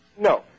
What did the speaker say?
No